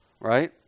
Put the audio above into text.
right